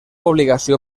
obligació